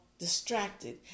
Distracted